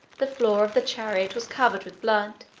the floor of the chariot was covered with blood.